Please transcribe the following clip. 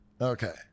okay